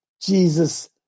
Jesus